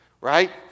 right